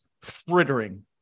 frittering